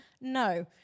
No